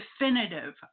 definitive